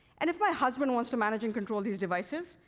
and if my husband wants to manage and control these devices,